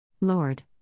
Lord